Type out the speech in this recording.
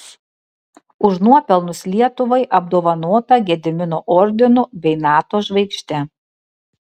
už nuopelnus lietuvai apdovanota gedimino ordinu bei nato žvaigžde